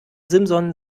simson